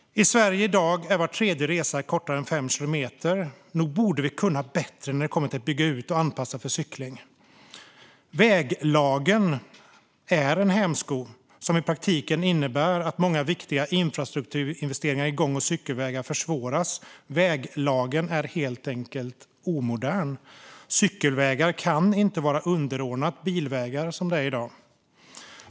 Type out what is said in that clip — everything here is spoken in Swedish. I Sverige i dag är var tredje resa kortare än fem kilometer. Nog borde vi kunna bättre när det kommer till att bygga ut och anpassa för cykling. Väglagen är en hämsko som i praktiken innebär att många viktiga infrastrukturinvesteringar i gång och cykelvägar försvåras. Väglagen är helt enkel omodern. Cykelvägar kan inte vara underordnade bilvägar som de är i dag.